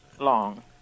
long